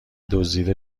دزدیده